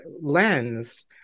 lens